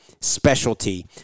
specialty